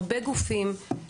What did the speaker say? היו"ר מירב בן ארי (יו"ר ועדת ביטחון הפנים):